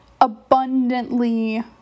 abundantly